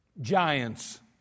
giants